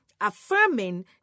affirming